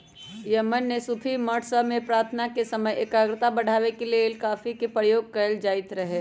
Yemen में सूफी मठ सभ में प्रार्थना के समय एकाग्रता बढ़ाबे के लेल कॉफी के प्रयोग कएल जाइत रहै